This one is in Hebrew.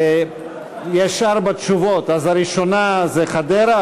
יש ארבע תשובות: הראשונה זה חדרה,